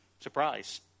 surprise